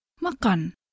Makan